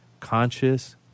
conscious